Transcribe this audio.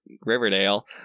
Riverdale